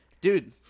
dude